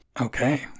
Okay